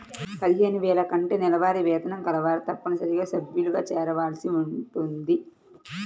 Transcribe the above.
పదిహేను వేల కంటే నెలవారీ వేతనం కలవారు తప్పనిసరిగా సభ్యులుగా చేరవలసి ఉంటుంది